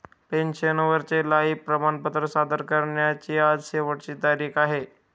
पेन्शनरचे लाइफ प्रमाणपत्र सादर करण्याची आज शेवटची तारीख आहे